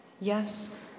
Yes